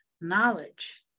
knowledge